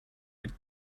with